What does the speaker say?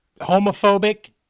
homophobic